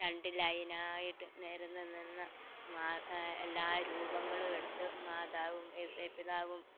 രണ്ട് ലൈൻ ആയിട്ട് നിരന്ന് നിന്ന് എല്ലാ രൂപങ്ങളും എടുത്ത് മാതാവും ഐസെപിതാവും